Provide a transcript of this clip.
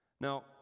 now